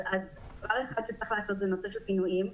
אז דבר אחד שצריך לעשות זה נושא של פינויים,